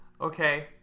okay